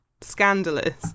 scandalous